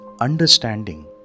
understanding